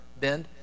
bend